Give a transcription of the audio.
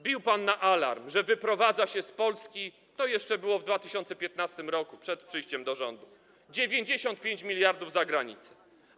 Bił pan na alarm, że wyprowadza się z Polski - to było jeszcze w 2015 r., przed przyjściem do rządu - 95 mld za granicę.